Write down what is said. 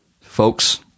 folks